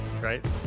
Right